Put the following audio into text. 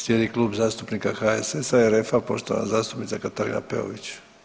Slijedi Klub zastupnika HSS-a i RF-a, poštovana zastupnica Katarina Peović.